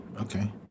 Okay